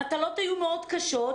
המטלות היו מאוד קשות,